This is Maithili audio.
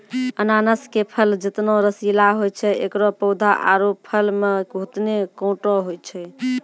अनानस के फल जतना रसीला होय छै एकरो पौधा आरो फल मॅ होतने कांटो होय छै